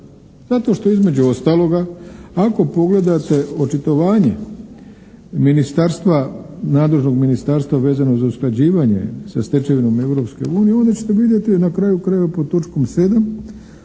Zato što između ostaloga, ako pogledate očitovanje nadležnog ministarstva, vezano za usklađivanje sa stečevinom Europske unije, onda ćete vidjeti na kraju krajeva pod točkom 7.,